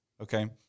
Okay